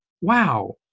wow